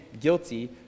guilty